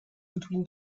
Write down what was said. between